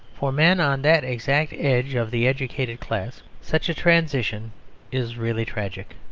for men on that exact edge of the educated class such a transition is really tragic.